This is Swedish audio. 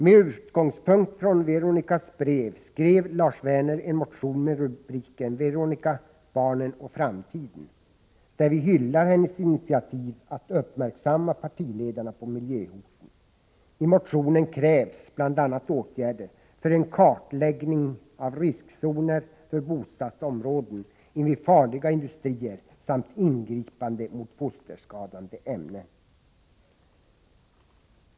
Med utgångspunkt i Veronica Wikholms brev skrev Lars Werner en motion, ”Veronica, barnen och framtiden”, där vi hyllar hennes initiativ att uppmärksamma partiledarna på miljöhoten. I motionen krävs bl.a. åtgärder för en kartläggning av riskzoner för bostadsområden invid farliga industrier samt ingripande mot fosterskadande ämnen.